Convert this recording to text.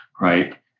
right